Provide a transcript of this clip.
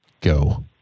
Go